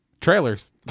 trailers